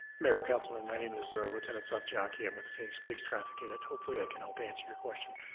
mayor councilmember, my name is lieutenant seth jonny, i'm with the phoenix police traffic unit. hopefully i can help answer your question.